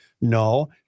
No